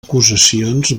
acusacions